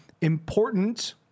important